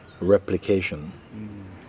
replication